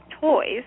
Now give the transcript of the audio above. toys